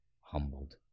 humbled